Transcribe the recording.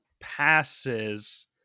passes